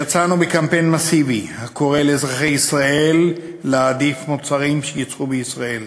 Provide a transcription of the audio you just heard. יצאנו בקמפיין מסיבי הקורא לאזרחי ישראל להעדיף מוצרים שיוצרו בישראל,